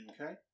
Okay